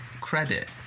credit